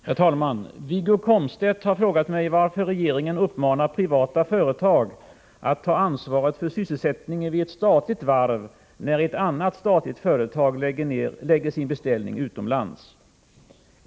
Herr talman! Wiggo Komstedt har frågat mig varför regeringen uppmanar privata företag att ta ansvaret för sysselsättningen vid ett statligt varv när ett annat statligt företag lägger sin beställning utomlands.